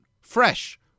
fresh